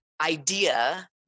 idea